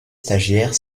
stagiaire